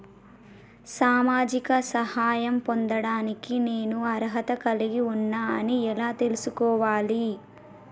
సామాజిక సహాయం పొందడానికి నేను అర్హత కలిగి ఉన్న అని ఎలా తెలుసుకోవాలి?